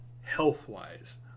health-wise